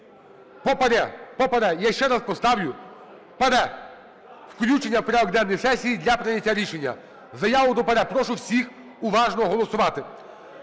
по ПАРЄ. Я ще раз поставлю ПАРЄ включення в порядок денний сесії для прийняття рішення, Заяву до ПАРЄ. Прошу всіх уважно голосувати